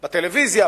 בטלוויזיה,